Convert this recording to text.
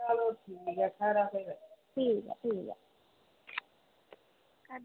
ठीक ऐ ठीक ऐ